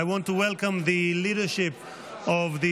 I want to welcome the leadership of the